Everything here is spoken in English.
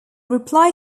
reply